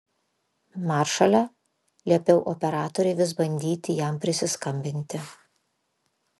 maršale liepiau operatoriui vis bandyti jam prisiskambinti